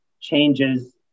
changes